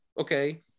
Okay